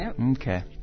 Okay